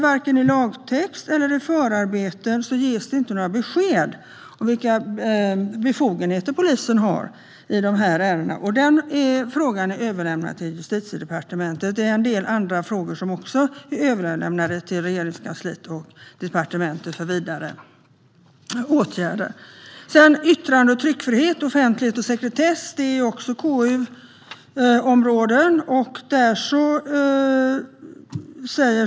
Varken i lagtext eller förarbeten ges några besked om vilka befogenheter polisen har i sådana ärenden. Frågan är överlämnad till Justitiedepartementet. Det finns ytterligare några frågor som har lämnats över till Regeringskansliet och departementen för vidare åtgärder. Yttrande och tryckfrihet samt offentlighet och sekretess är också KU-områden.